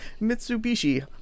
Mitsubishi